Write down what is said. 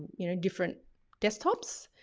you know, different desktops.